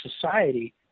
society